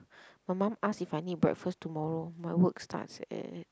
my mum ask if I need breakfast tomorrow my work starts at